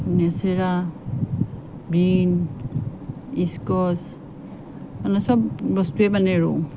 লেচেৰা বিন ইছকছ মানে চব বস্তুৱে মানে ৰুওঁ